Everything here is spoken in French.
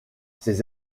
ces